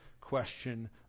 question